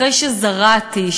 אחרי שזרעתי,